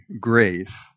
grace